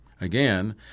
Again